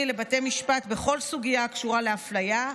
לבתי משפט בכל סוגיה הקשורה לאפליה,